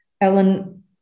Ellen